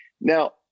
Now